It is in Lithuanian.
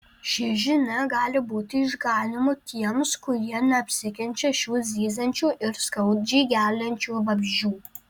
ši žinia gali būti išganymu tiems kurie neapsikenčia šių zyziančių ir skaudžiai geliančių vabzdžių